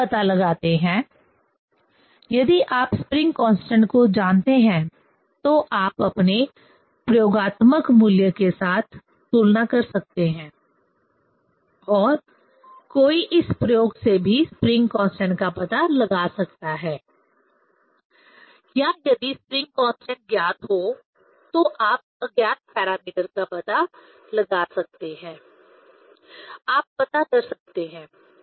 यदि आप पता लगाते हैं यदि आप स्प्रिंग कांस्टेंट को जानते हैं तो आप अपने प्रयोगात्मक मूल्य के साथ तुलना कर सकते हैं या कोई इस प्रयोग से भी स्प्रिंग कांस्टेंट का पता लगा सकता है या यदि स्प्रिंग कांस्टेंट ज्ञात हो तो आप अज्ञात पैरामीटर का पता लगा सकते हैं आप पता कर सकते हैं